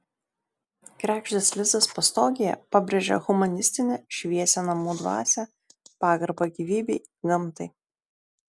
kregždės lizdas pastogėje pabrėžia humanistinę šviesią namų dvasią pagarbą gyvybei gamtai